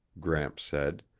gramps said.